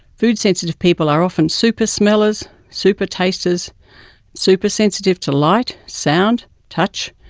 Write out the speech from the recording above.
food sensitive people are often super-smellers, super-tasters supersensitive to light, sound, touch,